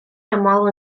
aml